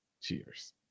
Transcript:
Cheers